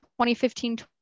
2015